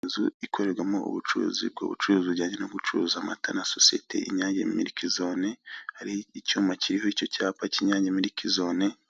Ahatangirwa serivise ry'ubucuruzi by'ibinyobwa bisembuye ndetse n'ibidasembuye hifashishijwe ikoranabuhanga, umuguzi wambaye imyenda